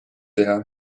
teha